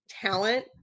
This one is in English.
talent